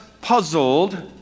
puzzled